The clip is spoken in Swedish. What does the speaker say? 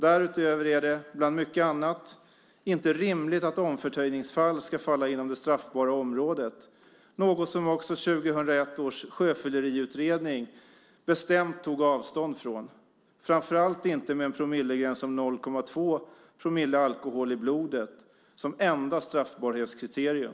Därutöver är det bland mycket annat inte rimligt att omförtöjningsfall ska falla inom det straffbara området, något som också 2001 års sjöfylleriutredning bestämt tog avstånd från - framför allt inte med en promillegräns om 0,2 promille alkohol i blodet som enda straffbarhetskriterium.